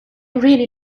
really